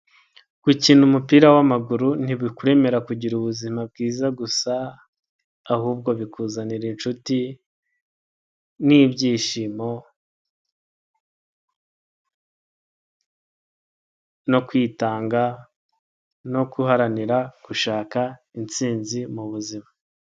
Gukina umupira w'maguru ntibikwemera kugira ubuzima bwiza gusa, ahubwo bikuzanira inshuti n'ibyishimo no kwitanga no guharanira gushaka intsinzi mu buzima.